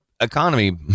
economy